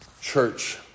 church